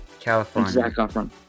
california